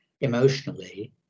emotionally